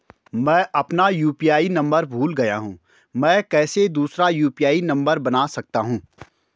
मैं अपना UPI number भूल गया हूँ मैं कैसे दूसरा यु.पी.आई नम्बर बना सकता हूँ?